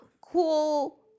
cool